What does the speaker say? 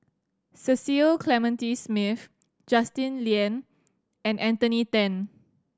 Cecil Clementi Smith Justin Lean and Anthony Then